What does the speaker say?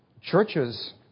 churches